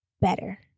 better